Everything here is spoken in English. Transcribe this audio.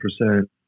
percent